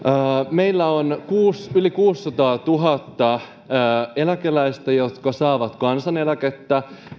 meillä on yli kuusisataatuhatta eläkeläistä jotka saavat kansaneläkettä